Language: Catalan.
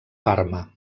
parma